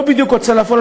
לא בדיוק הוצאה לפועל,